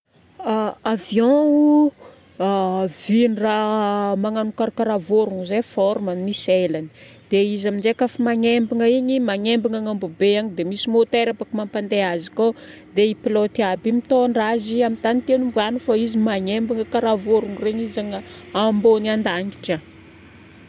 Avion vin-draha magnanokano karaha vorogno zay forme-ny, misy elany. Dia izy amizay ka fa magnembana igny, magnembana agnambo be agny. Dia misy môtera bôko mampandeha azy koa. Dia io pilôty aby io mitôndra azy amin'ny tany tiany ombana fô izy magnembana karaha vorogno regny izy agny ambony an-danitra agny.